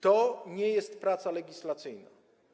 To nie jest praca legislacyjna.